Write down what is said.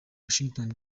washington